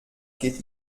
geht